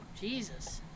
Jesus